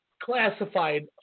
Classified